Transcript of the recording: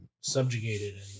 subjugated